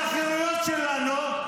על החירויות שלנו,